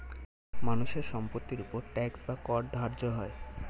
মানুষের সম্পত্তির উপর ট্যাক্স বা কর ধার্য হয়